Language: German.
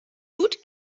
tut